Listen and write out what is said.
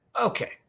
Okay